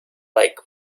lake